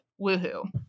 Woohoo